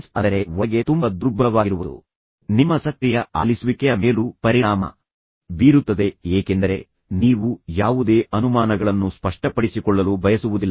diffidence ಅಂದರೆ ಒಳಗೆ ತುಂಬ ದುರ್ಬಲವಾಗಿರುವುದು ನಿಮ್ಮ ಸಕ್ರಿಯ ಆಲಿಸುವಿಕೆಯ ಮೇಲೂ ಪರಿಣಾಮ ಬೀರುತ್ತದೆ ಏಕೆಂದರೆ ನೀವು ಯಾವುದೇ ಅನುಮಾನಗಳನ್ನು ಸ್ಪಷ್ಟಪಡಿಸಿಕೊಳ್ಳಲು ಬಯಸುವುದಿಲ್ಲ